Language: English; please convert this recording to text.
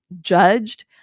judged